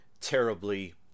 terribly